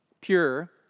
Pure